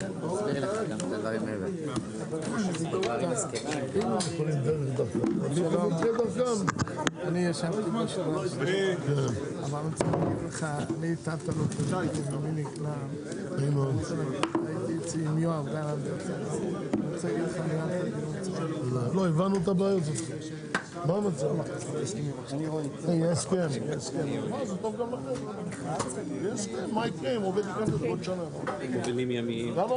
14:21.